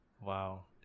Wow